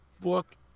book